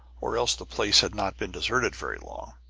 or else the place had not been deserted very long.